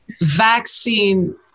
vaccine